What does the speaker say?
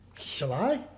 July